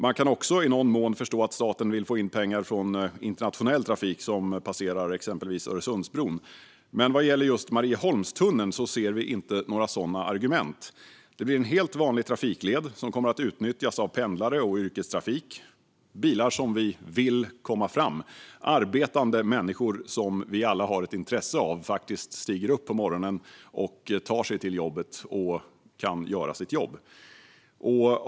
Man kan också i någon mån förstå att staten vill få in pengar från internationell trafik som passerar exempelvis Öresundsbron. Men vad gäller just Marieholmstunneln ser vi inte några sådana argument. Det blir en helt vanlig trafikled som kommer att utnyttjas av pendlare och yrkestrafik - bilar som vi vill ska komma fram. Det handlar om arbetande människor, och vi har alla ett intresse av att de stiger upp på morgonen och tar sig till jobbet.